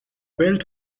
built